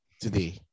today